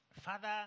Father